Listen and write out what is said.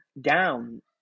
down